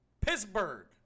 Pittsburgh